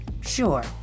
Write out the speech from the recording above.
sure